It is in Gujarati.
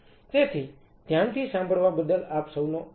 તેથી ધ્યાનથી સાંભળવા બદલ આપ સૌનો આભાર